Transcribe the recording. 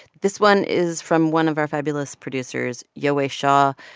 this one is from one of our fabulous producers yowei shaw.